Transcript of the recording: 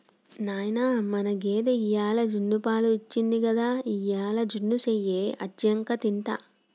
నాయనా మన గేదె ఇవ్వాల జున్నుపాలు ఇచ్చింది గదా ఇయ్యాల జున్ను సెయ్యి అచ్చినంక తింటా